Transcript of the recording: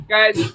Guys